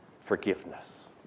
forgiveness